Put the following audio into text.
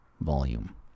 volume